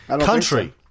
Country